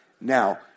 Now